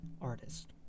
artist